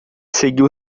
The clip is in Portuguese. seguiu